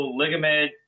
ligament